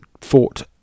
fought